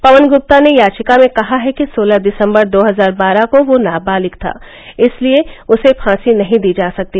पवन गुप्ता ने याचिका में कहा है कि सोलह दिसंबर दो हजार बारह को वह नाबालिग था इसलिए उसे फांसी नहीं दी जा सकती